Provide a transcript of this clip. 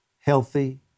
healthy